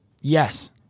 Yes